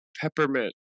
peppermint